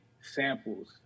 samples